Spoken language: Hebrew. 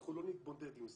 שאנחנו לא נתמודד עם זה,